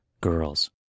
girls